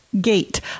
gate